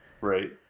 Right